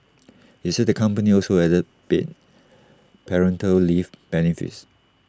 he said the company also added paid parental leave benefits